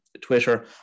Twitter